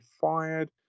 fired